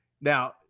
now